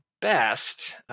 best